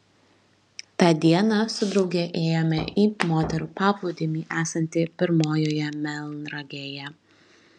tą dieną su drauge ėjome į moterų paplūdimį esantį pirmojoje melnragėje